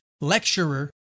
lecturer